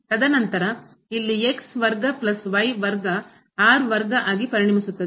ತದನಂತರ ವರ್ಗ ವರ್ಗ square ಆಗಿ ಪರಿಣಮಿಸುತ್ತದೆ